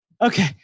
Okay